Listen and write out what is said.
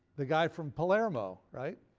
the guy from palermo. right?